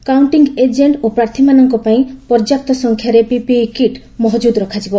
counting agent ଓ ପ୍ରାର୍ଥୀମାନଙ୍କ ପାଇଁ ପର୍ଯ୍ୟାପ୍ତ ସଂଖ୍ୟାରେ ପିପିଇ କିଟ୍ ମହଜୁଦ ରଖାଯିବ